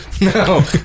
no